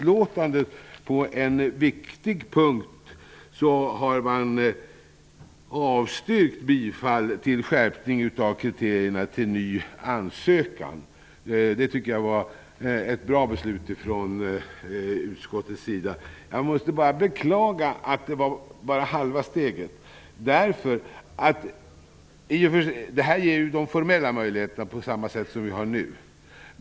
Vidare är det bra att man avstyrker bifall till förslaget om en skärpning av kriterierna för ny ansökan. Detta är en viktig punkt, och jag tycker att det är ett bra beslut från utskottets sida. Men jag måste beklaga att man bara tar ett halvt steg. Det här ger ju formella möjligheter på samma sätt som nu gäller.